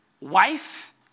wife